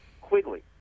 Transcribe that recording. Quigley